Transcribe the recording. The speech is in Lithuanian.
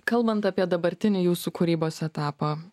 kalbant apie dabartinį jūsų kūrybos etapą